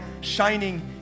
shining